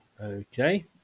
Okay